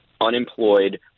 unemployed